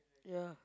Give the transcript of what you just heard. ya